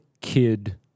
kid